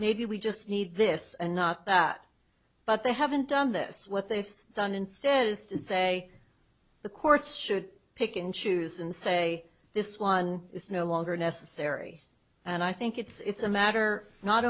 maybe we just need this and not that but they haven't done this what they've done instead is to say the courts should pick and choose and say this one is no longer necessary and i think it's a matter not